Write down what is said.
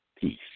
peace